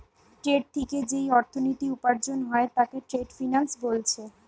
trade থিকে যেই অর্থনীতি উপার্জন হয় তাকে ট্রেড ফিন্যান্স বোলছে